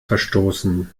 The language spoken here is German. verstoßen